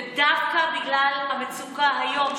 ודווקא בגלל המצוקה היום,